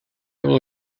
will